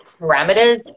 parameters